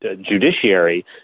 judiciary